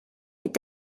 est